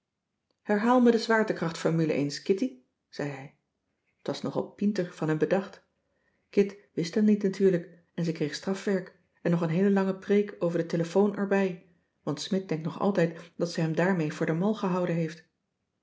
herhaal me de zwaartekrachtformule eens kitty zei hij t was nogal pienter van hem bedacht kit wist hem niet natuurlijk en ze kreeg strafwerk en nog een heele lange preek over de telefoon erbij want smidt denkt nog altijd dat ze hem daarmee voor den mal gehouden heeft